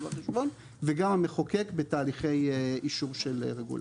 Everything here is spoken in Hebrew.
בחשבון וגם המחוקק בתהליכי אישור של רגולציה.